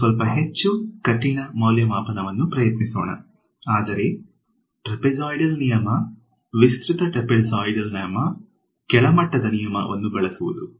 ನಾವು ಸ್ವಲ್ಪ ಹೆಚ್ಚು ಕಠಿಣ ಮೌಲ್ಯಮಾಪನವನ್ನು ಪ್ರಯತ್ನಿಸೋಣ ಆದರೆ ಟ್ರೆಪೆಜಾಯಿಡಲ್ ನಿಯಮ ವಿಸ್ತೃತ ಟ್ರೆಪೆಜಾಯಿಡಲ್ ನಿಯಮ ಕೆಳಮಟ್ಟದ ನಿಯಮವನ್ನು ಬಳಸುವುದು